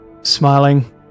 smiling